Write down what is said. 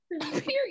Period